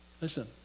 Listen